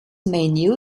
menu